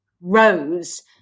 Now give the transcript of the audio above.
rose